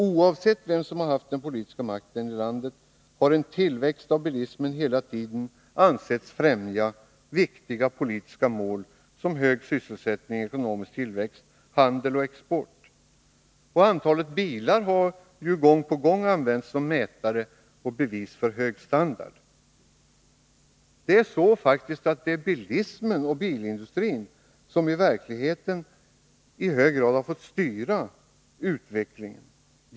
Oavsett vem som haft den politiska makten i landet har en tillväxt av bilismen hela tiden ansetts främja viktiga politiska mål som hög sysselsättning, ekonomisk tillväxt, handel och export. Antalet bilar har gång på gång använts som mätare och bevis på hög standard. I verkligheten är det bilismen och bilindustrin som i hög grad har fått styra utvecklingen.